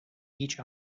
each